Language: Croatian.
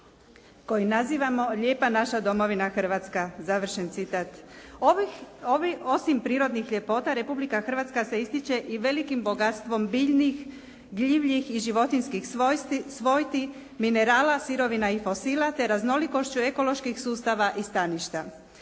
koji nazivamo Lijepa naša domovina Hrvatska.". Osim prirodnih ljepota, Republika Hrvatska se ističe i velikim bogatstvom biljnih, gljivljih i životinjskih svojti, minerala, sirovina i fosila te raznolikošću ekoloških sustava i stanovišta.